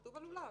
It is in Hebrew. כתוב "עלולה".